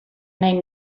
nahi